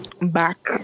back